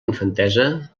infantesa